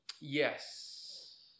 Yes